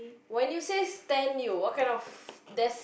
when you say stand you what kind of there's